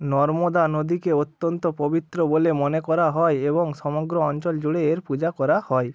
নর্মদা নদীকে অত্যন্ত পবিত্র বলে মনে করা হয় এবং সমগ্র অঞ্চল জুড়ে এর পূজা করা হয়